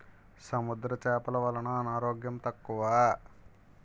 సముద్ర చేపలు వలన అనారోగ్యం తక్కువ